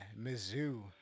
Mizzou